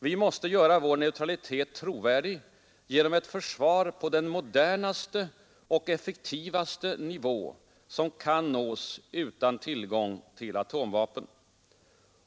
”Vi måste göra vår neutralitet trovärdig genom ett försvar på den modernaste och effektivaste nivå som kan nås utan tillgång till atomvapen.